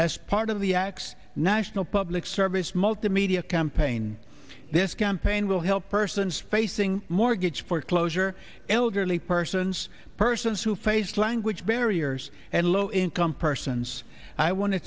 as part of the x national public service multimedia campaign this campaign will help persons facing mortgage foreclosure elderly persons persons who face language barriers and low income persons i want to